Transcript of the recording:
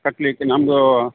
ಕಟ್ಟಲಿಕ್ಕೆ ನಮ್ದೂ